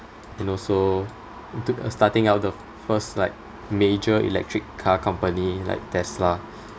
and also into uh starting up the first like major electric car company like tesla